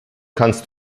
kannst